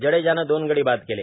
जडेजानं दोन गडी बाद केले